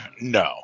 No